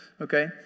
okay